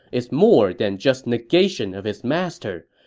is more than just negation of his master.